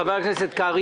חבר הכנסת קרעי.